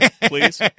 please